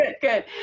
good